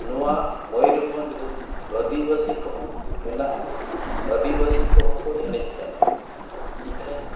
ᱱᱚᱣᱟ ᱢᱚᱭᱩᱨᱵᱷᱚᱸᱡᱽ ᱨᱮ ᱟᱹᱫᱤᱵᱟᱹᱥᱤ ᱠᱚᱦᱚᱸ ᱢᱮᱱᱟᱜ ᱠᱚᱣᱟ ᱟᱹᱫᱤᱵᱟᱹᱥᱤ ᱠᱚᱦᱚᱸ ᱠᱚ ᱮᱱᱮᱡ ᱠᱟᱱᱟ ᱤᱠᱷᱟᱹᱱ